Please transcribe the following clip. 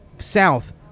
south